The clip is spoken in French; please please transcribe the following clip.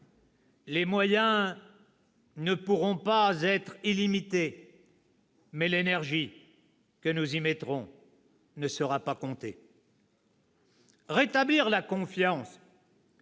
Les moyens ne pourront pas être illimités. Mais l'énergie que nous y mettrons ne sera pas comptée. « Rétablir la confiance,